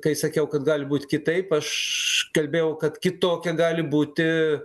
kai sakiau kad gali būt kitaip aš kalbėjau kad kitokia gali būti